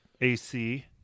AC